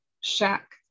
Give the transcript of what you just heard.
shack